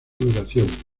duración